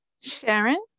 Sharon